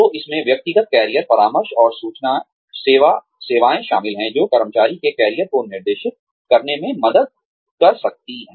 तो इसमें व्यक्तिगत कैरियर परामर्श और सूचना सेवाएं शामिल हैं जो कर्मचारी के कैरियर को निर्देशित करने में मदद कर सकती हैं